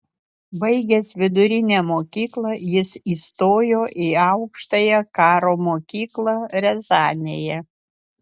baigęs vidurinę mokyklą jis įstojo į aukštąją karo mokyklą riazanėje